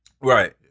Right